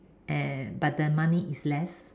and but the money is less